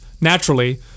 naturally